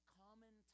common